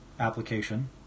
application